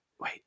Wait